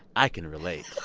i can relate